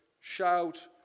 shout